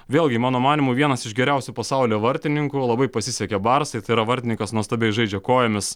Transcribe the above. vėlgi mano manymu vienas iš geriausių pasaulio vartininkų labai pasisekė barsai tai yra vartininkas nuostabiai žaidžia kojomis